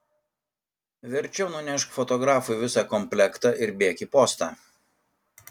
verčiau nunešk fotografui visą komplektą ir bėk į postą